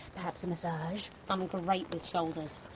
perhaps a massage, i'm great with shoulders.